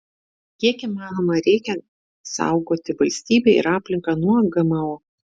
kiek įmanoma reikia saugoti valstybę ir aplinką nuo gmo